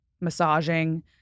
massaging